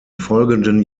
folgenden